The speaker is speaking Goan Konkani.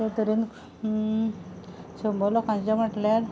शंबर लोकांचें म्हणल्यार